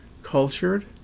cultured